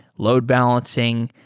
load balancing.